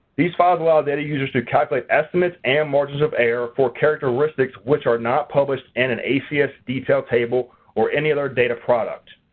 these files allow data users to calculate estimates and margins of error for characteristics which are not published in an acs detailed table or any other data product.